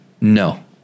No